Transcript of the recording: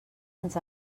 ens